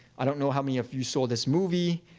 i don't know how many of you saw this movie.